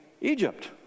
Egypt